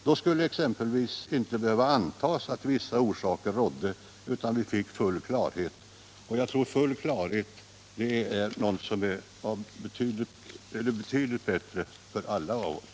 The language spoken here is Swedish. Då skulle det exempelvis inte behöva spekuleras i ”vissa orsaker”, utan vi kunde få full klarhet — och jag tror att full klarhet är någonting som skulle vara betydligt bättre för oss alla!